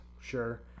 Sure